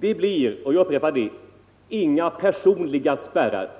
Det blir — jag upprepar det — inga personliga spärrar,